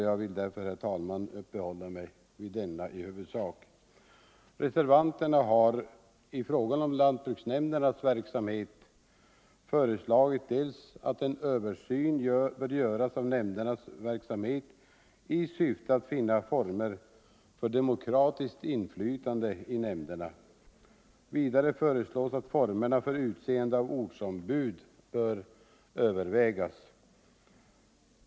Jag vill därför, herr talman, i huvudsak hålla mig till den punk — Nr 125 Se ; Onsdagen den Reservanterna har föreslagit dels att en översyn görs av lantbruks 20 november 1974 nämndernas verksamhet i syfte att finna former för demokratiskt inflytande i nämnderna, dels att formerna för utseende av ortsombud över — Lantbruksnämnvägs.